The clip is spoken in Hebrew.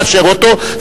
תאשר אותו,